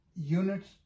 units